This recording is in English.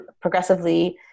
progressively